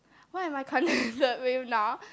what am I contented with now